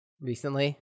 Recently